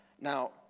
Now